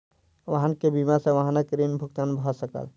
वाहन के बीमा सॅ वाहनक ऋण भुगतान भ सकल